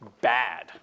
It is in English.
bad